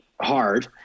hard